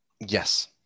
Yes